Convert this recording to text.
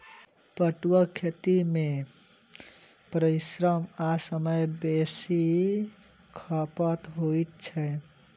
पटुआक खेती मे परिश्रम आ समय बेसी खपत होइत छै